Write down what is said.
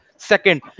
Second